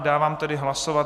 Dávám tedy hlasovat.